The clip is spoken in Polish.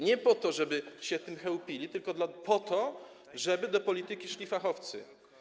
Nie po to, żeby się tym chełpili, tylko po to, żeby do polityki szli fachowcy.